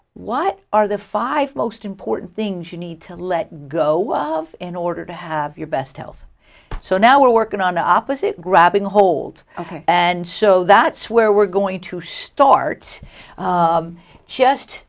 what are the five most important things you need to let go of in order to have your best health so now we're working on the opposite grabbing hold and so that's where we're going to start just